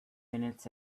minutes